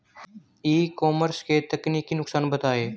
ई commerce के तकनीकी नुकसान बताएं?